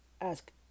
Ask